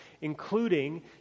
including